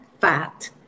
fat